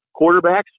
quarterbacks